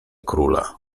króla